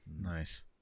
Nice